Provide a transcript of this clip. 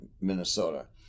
Minnesota